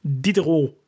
Diderot